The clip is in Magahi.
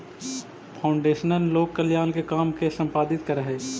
फाउंडेशन लोक कल्याण के काम के संपादित करऽ हई